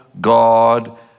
God